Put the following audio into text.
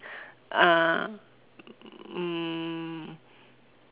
uh um